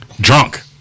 drunk